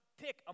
pick